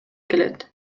келет